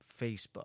Facebook